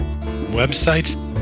Websites